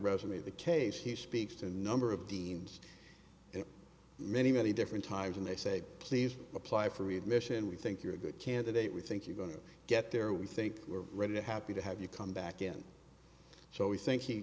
resume the case he speaks to a number of deans in many many different times and they say please apply for readmission we think you're a good candidate we think you're going to get there we think we're really happy to have you come back and so we think